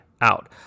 out